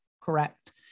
correct